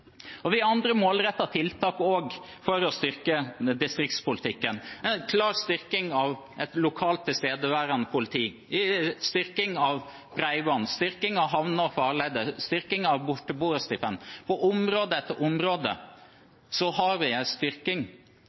Vi har også andre målrettede tiltak for å styrke distriktspolitikken. Det er en klar styrking av et lokalt, tilstedeværende politi, styrking av bredbånd, styrking av havner og farleder, styrking av borteboerstipend. På område etter område har vi en styrking.